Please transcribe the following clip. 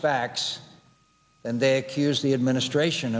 facts and they accuse the administration